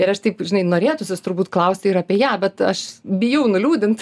ir aš taip žinai norėtųsis turbūt klausti ir apie ją bet aš bijau nuliūdint